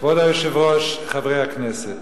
כבוד היושב-ראש, חברי הכנסת,